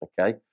okay